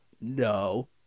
no